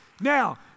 Now